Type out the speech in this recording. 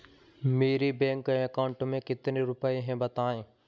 मेरे bank account में कितने रुपए हैं बताएँ?